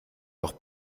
doch